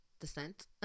descent